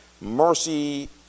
mercy